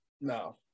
No